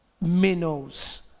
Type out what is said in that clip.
minnows